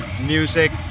Music